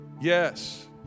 yes